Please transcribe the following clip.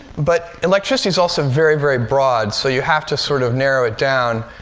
but electricity is also very, very broad, so you have to sort of narrow it down.